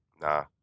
Nah